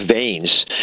veins